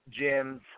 gyms